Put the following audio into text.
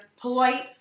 polite